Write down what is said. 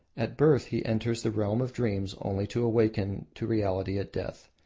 at birth he enters the realm of dreams only to awaken to reality at death.